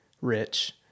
rich